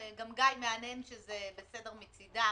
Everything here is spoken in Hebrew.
וגם גיא מהנהן שזה בסדר מצדם.